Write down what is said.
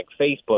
Facebook